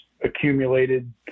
accumulated